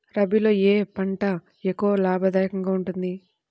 రబీలో ఏ పంట ఎక్కువ లాభదాయకంగా ఉంటుంది?